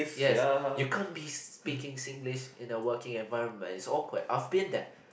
yes you can't be speaking Singlish in the working environment is awkward I'll feel that